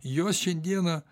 jos šiandieną